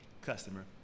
customer